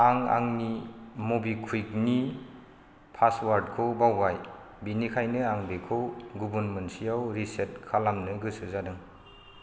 आं आंनि मबिकुविइकनि पासवर्डखौ बावबाय बेनिखायनो आं बेखौ गुबुन मोनसेयाव रिसेट खालामनो गोसो जादों